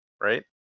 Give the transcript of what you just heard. right